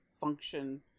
function